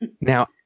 Now